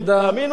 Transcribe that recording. ותאמינו לי,